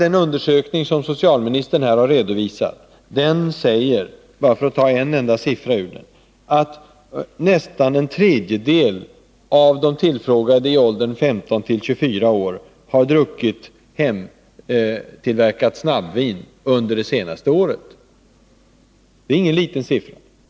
Den undersökning som socialministern har redovisat säger, för att ta bara en enda siffra, att nästan en tredjedel av de tillfrågade i åldern 15-24 år har druckit hemtillverkat snabbvin under det senaste året. Det är ingen liten siffra.